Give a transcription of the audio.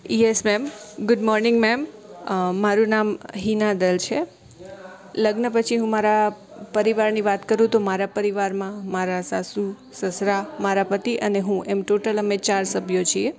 yes ma'am good morning ma'am uh મારું નામ હિના દલ છે લગ્ન પછી હું મારાં પરિવારની વાત કરું તો મારાં પરિવારમાં મારાં સાસુ સસરા મારા પતિ અને હું એમ ટોટલ અમે ચાર સભ્યો છીએ